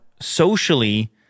socially